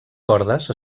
cordes